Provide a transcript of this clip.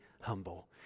humble